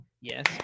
Yes